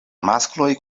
maskloj